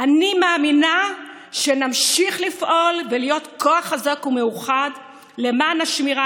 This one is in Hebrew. אני מאמינה שנמשיך לפעול ולהיות כוח חזק ומאוחד למען השמירה